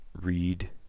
read